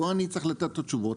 לא אני צריך לתת את התשובות,